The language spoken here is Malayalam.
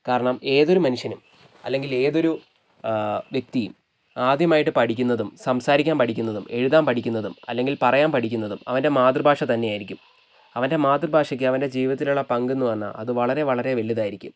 കാരണം ഏതൊരു മനുഷ്യനും അല്ലെങ്കിൽ ഏതൊരു ഒരു വ്യക്തിയും ആദ്യമായിട്ട് പഠിക്കുന്നതും സംസാരിക്കാൻ പഠിക്കുന്നതും എഴുതാൻ പഠിക്കുന്നതും അല്ലെങ്കിൽ പറയാൻ പഠിക്കുന്നതും അവൻ്റെ മാതൃഭാഷ തന്നെയായിരിക്കും അവൻ്റെ മാതൃഭാഷയ്ക്ക് അവൻ്റെ ജീവിതത്തിലുള്ള പങ്കെന്ന് പറഞ്ഞാൽ വളരെ വളരെ വലുതായിരിക്കും